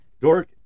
Dork